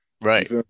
Right